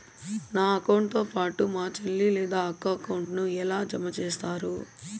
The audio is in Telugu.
నా అకౌంట్ తో పాటు మా చెల్లి లేదా అక్క అకౌంట్ ను ఎలా జామ సేస్తారు?